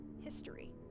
history